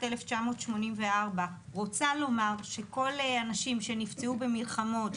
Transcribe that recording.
1984. רוצה לומר שכל האנשים שנפצעו במלחמות,